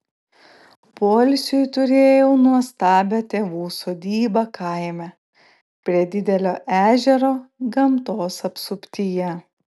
poilsiui turėjau nuostabią tėvų sodybą kaime prie didelio ežero gamtos apsuptyje